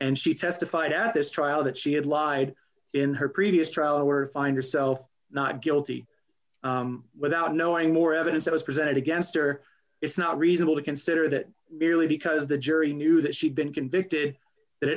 and she testified at this trial that she had lied in her previous trial were find herself not guilty without knowing more evidence that was presented against her it's not reasonable to consider that merely because the jury knew that she'd been convicted